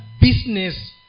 business